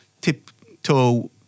tiptoe